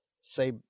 say